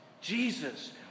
Jesus